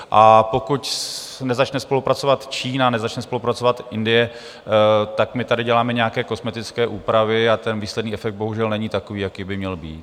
A pokud nezačne spolupracovat Čína, nezačne spolupracovat Indie, tak my tady děláme nějaké kosmetické úpravy a výsledný efekt bohužel není takový, jaký by měl být.